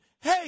hey